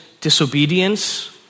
disobedience